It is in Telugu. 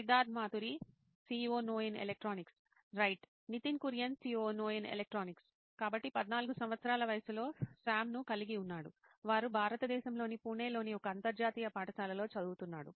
సిద్ధార్థ్ మాతురి CEO నోయిన్ electronics right Nitin Kurian COO నోయిన్ ఎలక్ట్రానిక్స్ కాబట్టి 14 సంవత్సరాల వయస్సుతో సామ్ను కలిగి ఉన్నాడు వారు భారతదేశంలోని పూణేలోని ఒక అంతర్జాతీయ పాఠశాలలో చదువుతున్నాడు